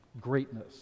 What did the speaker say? Greatness